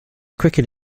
cricket